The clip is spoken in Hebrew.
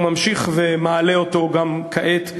הוא ממשיך ומעלה אותו גם כעת,